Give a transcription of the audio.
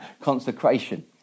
consecration